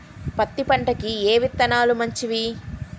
పత్తి పంటకి ఏ విత్తనాలు మంచివి?